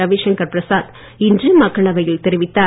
ரவிசங்கர் பிரசாத் இன்று மக்களவையில் தெரிவித்தார்